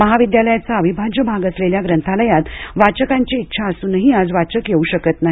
महाविद्यालयाचा अविभाज्य भाग असलेल्या ग्रंथालयात वाचकांची इच्छा असून ही आज वाचक येऊ शकत नाही